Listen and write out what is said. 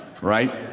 right